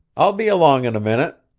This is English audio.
i'll be along in a minute.